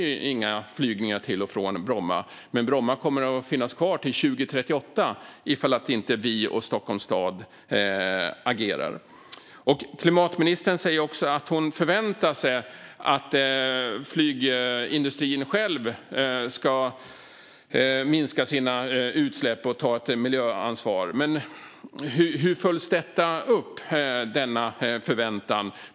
I dag är det inga flygningar till och från Bromma. Men Bromma kommer att finnas kvar till 2038 ifall inte vi och Stockholms stad agerar. Klimatministern säger också att hon förväntar sig att flygindustrin själv ska minska sina utsläpp och ta ett miljöansvar. Men hur följs denna förväntan upp?